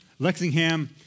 Lexingham